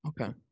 Okay